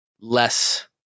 less